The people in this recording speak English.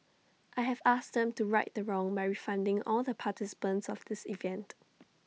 I have asked them to right the wrong by refunding all the participants of this event